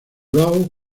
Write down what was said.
raw